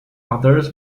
others